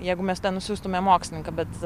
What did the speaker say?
jeigu mes ten nusiųstume mokslininką bet